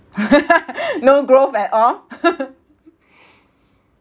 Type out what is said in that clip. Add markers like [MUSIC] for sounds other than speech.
[LAUGHS] no growth at all [LAUGHS]